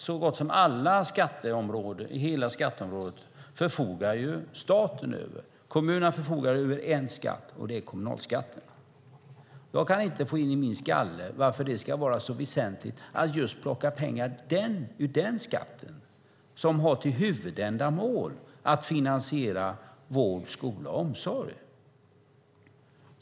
Så gott som alla skatteområden förfogar staten över. Kommunerna förfogar över en skatt, och det är kommunalskatten. Jag kan inte få in i min skalle varför det ska vara så väsentligt att just plocka pengar ur den skatten, som har som huvudändamål att finansiera vård, skola och omsorg.